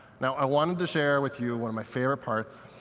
now i wanted to share with you one of my favorite parts.